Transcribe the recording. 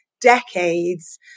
decades